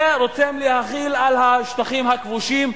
זה רוצים להחיל על השטחים הכבושים,